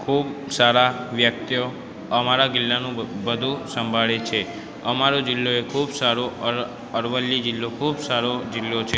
ખૂબ સારા વ્યક્તિઓ અમારા જિલ્લાનું બધુ સંભાળે છે અમારો જિલ્લો એ ખૂબ સારો અર અરવલ્લી જિલ્લો ખૂબ સારો જિલ્લો છે